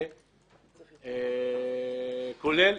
כולל